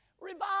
Revive